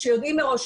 כשיודעים מראש,